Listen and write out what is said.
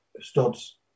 studs